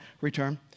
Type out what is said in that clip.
return